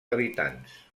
habitants